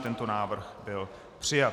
Tento návrh byl přijat.